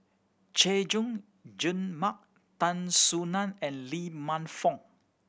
Chay Jung Jun Mark Tan Soo Nan and Lee Man Fong